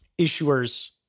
issuers